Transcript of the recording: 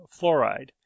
fluoride